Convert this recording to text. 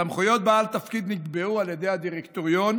סמכויות בעל תפקיד נקבעו על ידי הדירקטוריון,